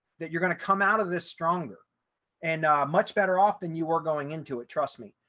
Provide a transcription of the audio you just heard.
that you're going to come out of this stronger and much better off than you were going into it trust me.